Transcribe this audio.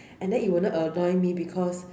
and then it will not annoy me because